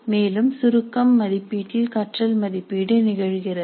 மேலும் சுருக்கம் மதிப்பீட்டில் கற்றல் மதிப்பீடு நிகழ்கிறது